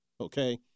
okay